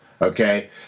Okay